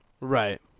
right